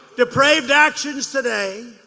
depraved actions today,